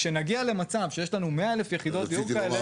כשנציג למצב שיש לנו 100,000 יחידות דיור כאלה,